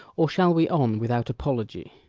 or shall we on without apology?